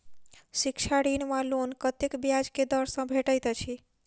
शिक्षा ऋण वा लोन कतेक ब्याज केँ दर सँ भेटैत अछि?